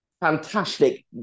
fantastic